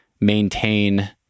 maintain